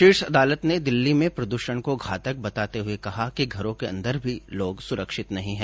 शीर्ष अदालत ने दिल्ली में प्रदूषण को घातक बताते हुए कहा कि घरों के अंदर भी लोग सुरक्षित नहीं हैं